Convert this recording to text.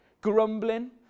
grumbling